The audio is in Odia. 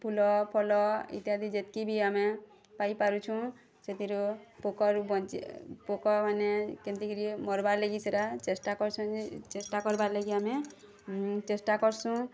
ଫୁଲ ଫଲ ଇତ୍ୟାଦି ଯେତ୍କି ବି ଆମେ ପାଇପାରୁଛୁଁ ସେଥିରୁ ପୋକରୁ ବି ବଞ୍ଚି ପୋକମାନେ କେନ୍ତିକିରି ମର୍ବାଲାଗି ସେଟା ଚେଷ୍ଟା କରୁଛନ୍ତି ଚେଷ୍ଟା କର୍ବା ଲାଗି ଆମେ ଚେଷ୍ଟା କରୁସୁଁ